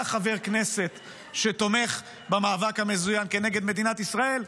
חבר כנסת שתומך במאבק המזוין כנגד מדינת ישראל,